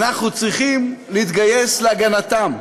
אנחנו צריכים להתגייס להגנתם.